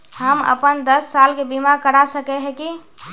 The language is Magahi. हम अपन दस साल के बीमा करा सके है की?